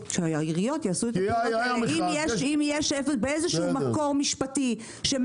אם יש איזשהו מקור משפטי,